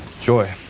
Joy